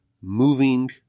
moving